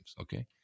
Okay